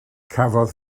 cafodd